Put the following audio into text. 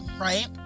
right